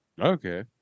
Okay